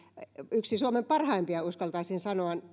yksi suomen parhaimpia uskaltaisin sanoa